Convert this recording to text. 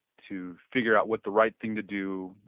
to figure out what the right thing to do,